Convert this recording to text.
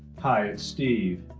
hi, it's steve.